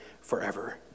forever